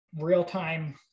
real-time